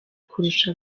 kurusha